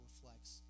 reflects